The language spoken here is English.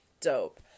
Dope